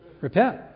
Repent